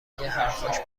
حرفاش